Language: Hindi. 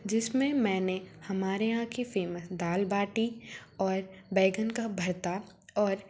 जिसमें मैंने हमारे यहाँ की फ़ेमस दाल बाटी और बैंगन का भरता और